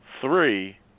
three